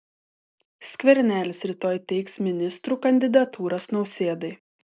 skvernelis rytoj teiks ministrų kandidatūras nausėdai